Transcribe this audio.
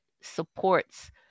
supports